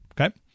Okay